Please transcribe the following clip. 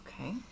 Okay